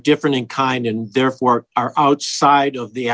different in kind and therefore are outside of the